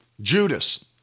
Judas